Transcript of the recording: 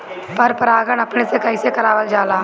पर परागण अपने से कइसे करावल जाला?